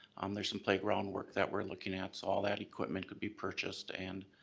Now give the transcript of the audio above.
um there's some playground work that we're looking at, so all that equipment could be purchased and